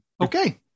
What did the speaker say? Okay